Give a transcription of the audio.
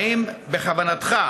האם בכוונתך,